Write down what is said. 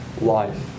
life